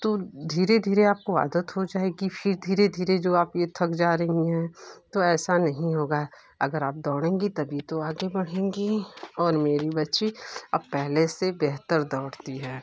तो धीरे धीरे आपको आदत हो जाएगी फिर धीरे धीरे जो आप ये थक जा रही हैं तो ऐसा नहीं होगा अगर आप दोड़ेंगी तभी तो आगे बढेंगी और मेरी बच्ची अब पहले से बेहतर दौड़ती है